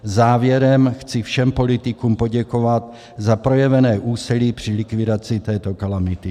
Závěrem chci všem politikům poděkovat za projevené úsilí při likvidaci této kalamity.